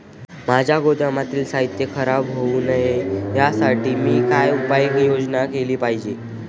माझ्या गोदामातील साहित्य खराब होऊ नये यासाठी मी काय उपाय योजना केली पाहिजे?